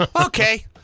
okay